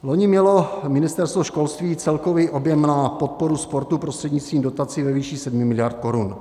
Loni mělo Ministerstvo školství celkový objem na podporu sportu prostřednictvím dotací ve výši 7 miliard korun.